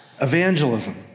Evangelism